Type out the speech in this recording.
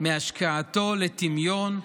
מהשקעתו לטמיון,